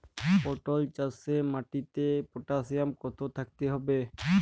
পটল চাষে মাটিতে পটাশিয়াম কত থাকতে হবে?